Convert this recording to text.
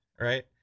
right